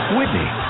Whitney